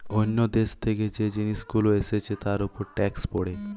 অন্য দেশ থেকে যে জিনিস গুলো এসছে তার উপর ট্যাক্স পড়ে